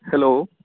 hello